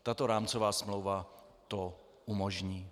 Tato rámcová smlouva to umožní.